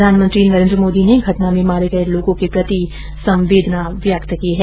प्रधानमंत्री नरेन्द्र मोदी ने घटना में मारे गये लोगों के प्रति संवेदना व्यक्त की है